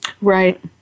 Right